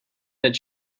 that